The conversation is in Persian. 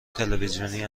تلویزیونی